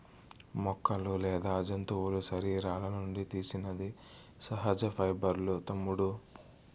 మొక్కలు లేదా జంతువుల శరీరాల నుండి తీసినది సహజ పైబర్లూ తమ్ముడూ